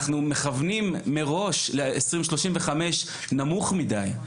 אנחנו מכוונים מראש ל-2035 נמוך מדי.